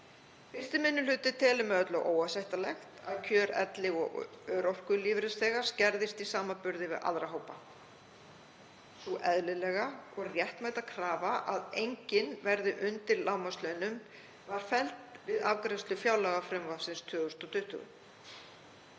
1. minni hluti telur með öllu óásættanlegt að kjör elli- og örorkulífeyrisþega skerðist í samanburði við aðra hópa. Sú eðlilega og réttmæta krafa að enginn verði undir lágmarkslaunum var felld við afgreiðslu fjárlagafrumvarpsins fyrir